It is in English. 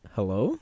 Hello